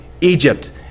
Egypt